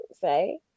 say